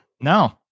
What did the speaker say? No